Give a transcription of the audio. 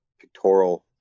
pictorial